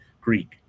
Greek